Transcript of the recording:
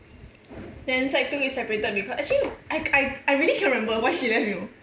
then sec two we separated beca~ actually I I I really cannot remember why she left you know